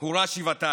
הוא רע שבעתיים.